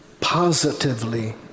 positively